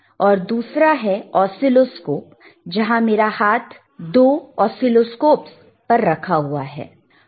और दूसरा है ऑसीलोस्कोप जहां मेरा हाथ दो ऑसीलोस्कोपस पर रखा हुआ है